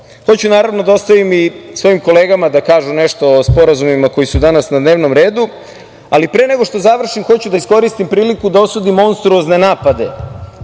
toga. Hoću naravno, da ostavim i svojim kolegama da kažu nešto o sporazumima koji su danas na dnevnom redu, ali pre nego što završim hoću da iskoristim priliku da osudim monstruozne napade